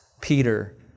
Peter